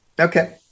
Okay